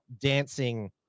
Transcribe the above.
dancing